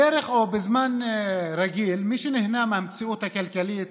בדרך כלל או בזמן רגיל, מי שנהנה מהמציאות הכלכלית